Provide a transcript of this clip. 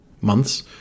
months